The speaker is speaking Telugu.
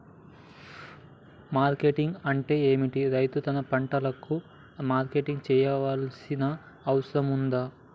మార్కెటింగ్ అంటే ఏమిటి? రైతు తన పంటలకు మార్కెటింగ్ చేయాల్సిన అవసరం ఉందా?